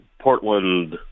Portland